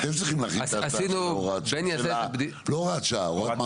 בני, אתם צריכים להרחיב את ההצעה של הוראת המעבר.